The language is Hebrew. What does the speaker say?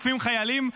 תוקפים חיילים?